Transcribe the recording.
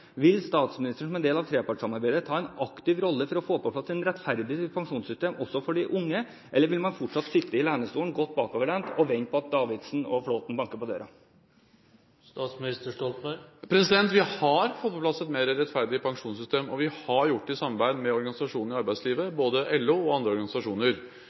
som en del av trepartssamarbeidet ta en aktiv rolle for å få på plass et rettferdig pensjonssystem også for de unge, eller vil man fortsatt sitte i lenestolen, godt bakoverlent, og vente på at Davidsen og Flåthen banker på døra? Vi har fått på plass et mer rettferdig pensjonssystem, og vi har gjort det i samarbeid med organisasjonene i arbeidslivet, både LO og andre organisasjoner.